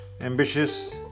ambitious